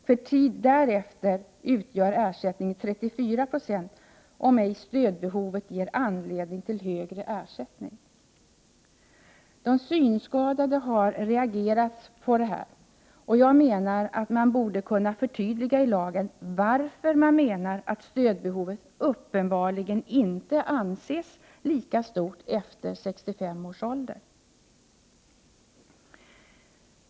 För tid därefter utgör ersättningen 34 90 om ej stödbehovet ger anledning till högre ersättning. De synskadade har reagerat på detta, och jag menar att man borde kunna förtydliga i lagen varför man menar att stödbehovet uppenbarligen inte anses lika stort efter 65 års ålder.